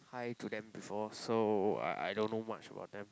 hi to them before so I I don't know much about them